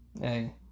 hey